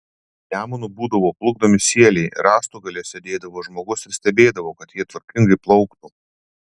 nemunu būdavo plukdomi sieliai rąstų gale sėdėdavo žmogus ir stebėdavo kad jie tvarkingai plauktų